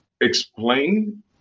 explain